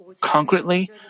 concretely